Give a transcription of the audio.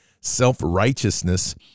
self-righteousness